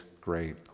great